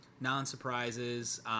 non-surprises